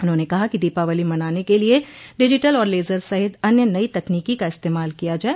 उन्होंने कहा कि दीपावली मनाने के लिये डिजीटल और लेजर सहित अन्य नई तकनीकी का इस्तेमाल किया जाये